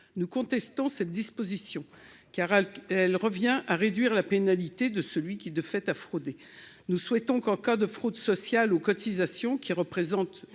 Nous contestons cette disposition, car elle revient à réduire la pénalité de celui qui a fraudé. Nous souhaitons qu'en cas de fraude sociale aux cotisations- la fraude